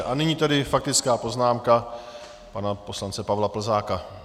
A nyní tedy faktická poznámka pana poslance Pavla Plzáka.